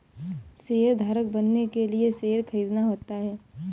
शेयरधारक बनने के लिए शेयर खरीदना होता है